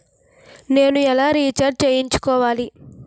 నేను ఎలా రీఛార్జ్ చేయించుకోవాలి?